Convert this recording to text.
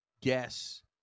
guess